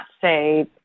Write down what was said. say